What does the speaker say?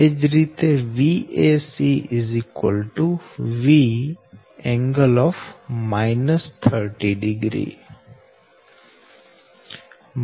એ જ રીતે Vac Vㄥ 300 છે